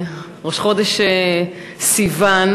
ראש חודש סיוון,